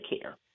care